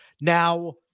now